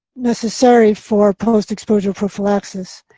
necessary for post-exposure prophylaxis.